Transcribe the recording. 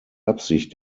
absicht